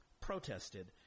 protested